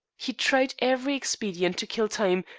he tried every expedient to kill time,